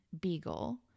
Beagle